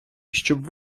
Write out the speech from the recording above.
щоб